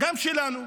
גם שלנו.